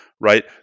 right